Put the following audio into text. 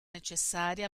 necessarie